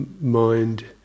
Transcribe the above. Mind